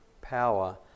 power